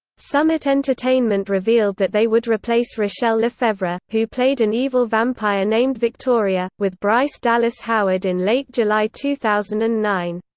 summit entertainment revealed that they would replace rachelle lefevre, who played an evil vampire named victoria, with bryce dallas howard in late july two thousand and nine.